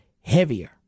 heavier